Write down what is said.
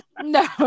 no